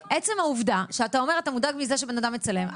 עצם העובדה שאתה אומר שאתה מודאג מזה שבן אדם מצלם,